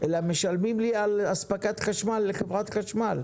אלא משלמים לי על אספקת חשמל לחברת החשמל.